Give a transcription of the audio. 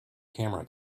camera